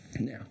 Now